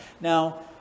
Now